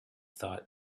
thought